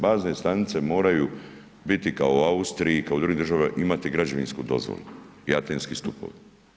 Bazne stanice moraju biti kao u Austriji, kao u drugim državama, imati građevinsku dozvolu i atenski stupovi.